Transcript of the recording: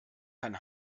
kann